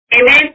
Amen